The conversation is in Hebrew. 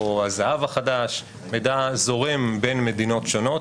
או הזהב החדש, מידע זורם בין מדינות שונות,